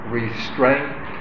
restraint